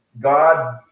god